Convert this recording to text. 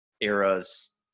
era's